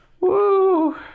Woo